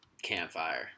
campfire